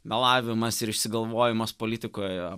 melavimas ir išsigalvojimas politikoje